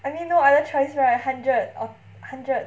I mean no other choice right hundred orh hundred